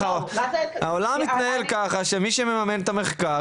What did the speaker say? העולם מתנהל ככה שמי שממן את המחקר